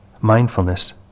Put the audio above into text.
mindfulness